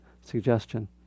suggestion